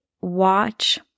watch